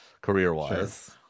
career-wise